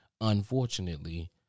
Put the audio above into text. Unfortunately